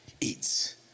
eats